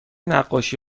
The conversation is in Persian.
نقاشی